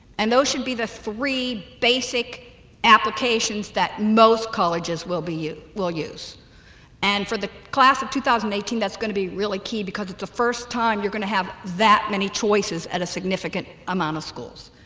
and those should be the three basic applications that most colleges will be you will use and for the class of two thousand and eighteen that's going to be really key because it's the first time you're going to have that many choices at a significant amount of schools